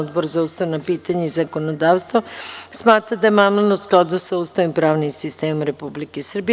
Odbor za ustavna pitanja i zakonodavstvo smatra da je amandman u skladu sa Ustavom i pravnim sistemom Republike Srbije.